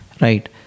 Right